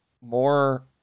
more